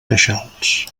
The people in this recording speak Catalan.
queixals